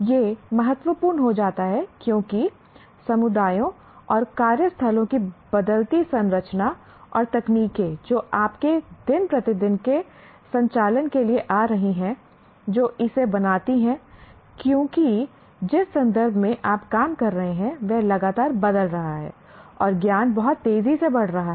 यह महत्वपूर्ण हो जाता है क्योंकि समुदायों और कार्यस्थलों की बदलती संरचना और तकनीकें जो आपके दिन प्रतिदिन के संचालन के लिए आ रही हैं जो इसे बनाती हैं क्योंकि जिस संदर्भ में आप काम कर रहे हैं वह लगातार बदल रहा है और ज्ञान बहुत तेजी से बढ़ रहा है